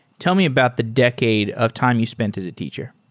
tell me about the decade of time you spent as a teacher.